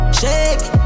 shake